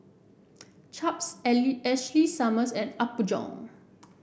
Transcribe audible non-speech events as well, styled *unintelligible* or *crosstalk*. Chaps *unintelligible* Ashley Summers and Apgujeong